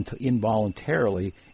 involuntarily